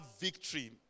victory